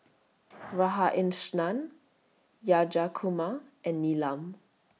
Radhakrishnan and Neelam